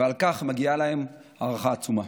ועל כך מגיעה להם הערכה עצומה.